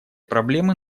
проблемы